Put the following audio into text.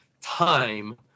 time